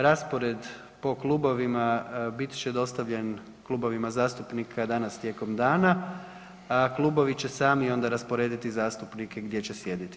Raspored po klubovima bit će dostavljen klubovima zastupnika danas tijekom dana, a klubovi će sami onda rasporediti zastupnike gdje će sjediti.